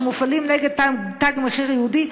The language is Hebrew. שמופעלים נגד "תג מחיר" יהודי,